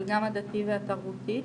אבל גם הדתי והתרבותי.